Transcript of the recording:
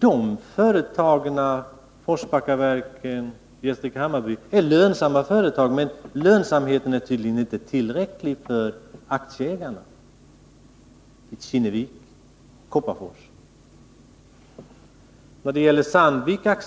De företagen är lönsamma, men lönsamheten är tydligen inte tillräcklig för aktieägarna: Kinnevik och Kopparfors. Inte heller när det gäller Sandvik AB